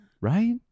Right